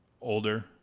older